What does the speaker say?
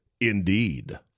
Indeed